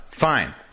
Fine